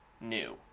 new